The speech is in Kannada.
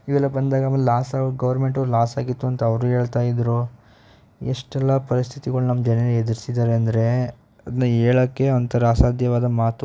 ಇವೆಲ್ಲ ಬಂದಾಗ ಆಮೇಲೆ ಲಾಸಾಗಿ ಗೌರ್ಮೆಂಟು ಲಾಸಾಗಿತ್ತು ಅಂತ ಅವರು ಹೇಳ್ತಾಯಿದ್ರು ಎಷ್ಟೆಲ್ಲ ಪರಿಸ್ಥಿತಿಗಳು ನಮ್ಮ ಜನ ಎದ್ರುಸಿದ್ದಾರೆ ಅಂದರೆ ಅದನ್ನ ಹೇಳೋಕ್ಕೆ ಒಂಥರ ಅಸಾಧ್ಯವಾದ ಮಾತು